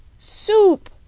soup!